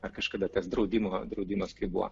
ar kažkada tas draudimo draudimas kai buvo